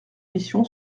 mission